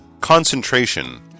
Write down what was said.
Concentration